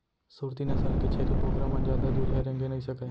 सूरती नसल के छेरी बोकरा मन जादा दुरिहा रेंगे नइ सकय